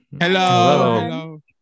Hello